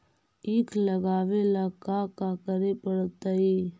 ईख लगावे ला का का करे पड़तैई?